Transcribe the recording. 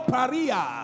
Paria